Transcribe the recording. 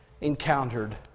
encountered